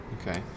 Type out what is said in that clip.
okay